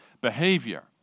behavior